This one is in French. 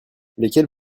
lesquels